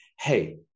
hey